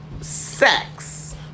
sex